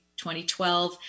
2012